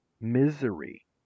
Misery